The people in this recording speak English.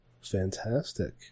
Fantastic